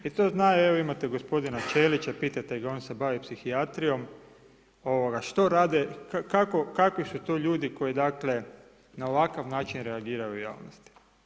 I to zna, evo imate gospodina Čelića, pitajte ga, on se bavi psihijatrijom, ovoga, što rade, kakvi su to ljudi koji, dakle, na ovakav način reagiraju u javnosti.